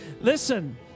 Listen